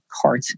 cart